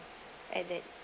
I that